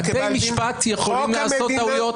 בתי המשפט יכולים לעשות טעויות.